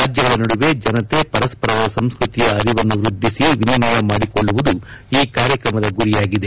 ರಾಜ್ಙಗಳ ನಡುವೆ ಜನತೆ ಪರಸ್ಪರರ ಸಂಸ್ಟತಿಯ ಅರಿವನ್ನು ವೃದ್ಧಿಸಿ ವಿನಿಮಯ ಮಾಡಿಕೊಳ್ಳುವುದು ಈ ಕಾರ್ಯಕ್ರಮದ ಗುರಿಯಾಗಿದೆ